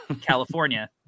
California